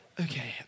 okay